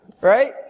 right